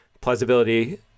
plausibility